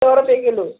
सौ रुपये किलों